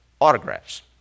autographs